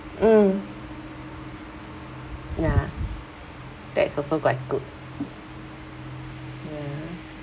mm ya that is also quite good ya